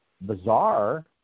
bizarre